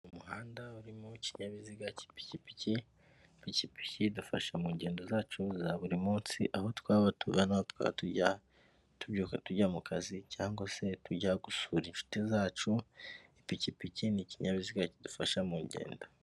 Umuhanda urimo ikinyabiziga cy'pikipiki, ipikipiki idufasha mu ngendo zacu za buri munsi, aho twaba tugava n'aho twaba tujya, tubyuka tujya mu kazi, cyangwa se tujya gusura inshuti zacu, ipikipiki ni ikinyabiziga kidufasha mu ngendo.